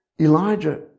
Elijah